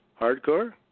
hardcore